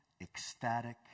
ecstatic